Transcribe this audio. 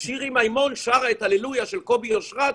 שירי מימון שרה את הללויה בשלוש שפות,